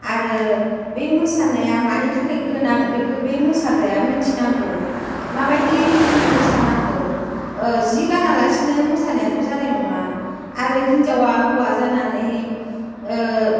आरो बे मोसानाया मानि थाखाय गोनां बेखो बे मोसाग्राया मिथिनांगौ माबायदि रोखोमनि मोसानांगौ जि गानालासिनो मोसानायाथ' जानाय नङा आरो हिनजावा हौवा जानानै